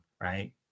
Right